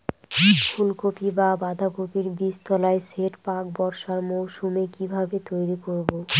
ফুলকপি বা বাঁধাকপির বীজতলার সেট প্রাক বর্ষার মৌসুমে কিভাবে তৈরি করব?